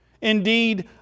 Indeed